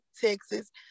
Texas